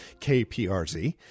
KPRZ